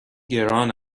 گران